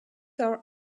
are